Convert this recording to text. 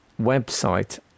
website